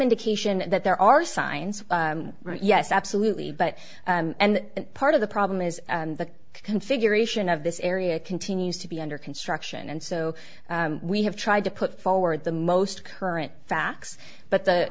indication that there are signs yes absolutely but and part of the problem is the configuration of this area continues to be under construction and so we have tried to put forward the most current facts but the